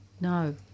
No